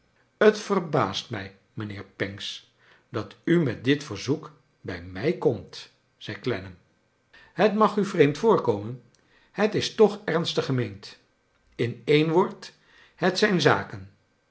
het verbaast mij mijnheer pancks dat u met dit verzoek bij m ij komt zei clennam het mag u vreemd voorkomen het is toch ernstig gemeend in een woord het zijn zaken